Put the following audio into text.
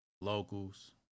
Locals